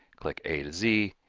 click a z,